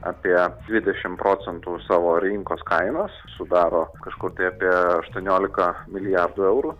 apie dvidešim procentų savo rinkos kainos sudaro kažkur tai apie aštuoniolika milijardų eurų